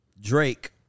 Drake